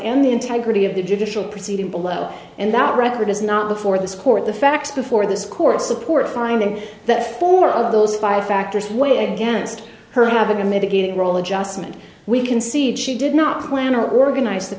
and the integrity of the judicial proceeding below and that record is not the for this court the facts before this court support finding that four of those five factors way against her having a mitigating role a just and we can see that she did not plan or organize